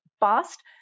past